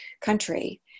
country